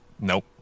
Nope